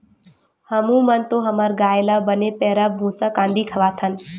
हमू मन तो हमर गाय ल बने पैरा, भूसा, कांदी खवाथन